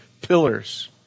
pillars